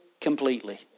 completely